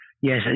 yes